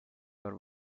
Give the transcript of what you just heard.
are